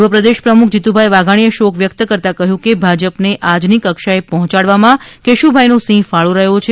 પૂર્વ પ્રદેશ પ્રમુખ જીતુભાઈ વાઘાણીએ શોક વ્યક્ત કરતાં કહ્યું છે કે ભાજપ ને આજની કક્ષા એ પહોંચાડવા માં કેશુભાઈ નો સિંહ ફાળો રહ્યો છે